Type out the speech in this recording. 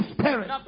Spirit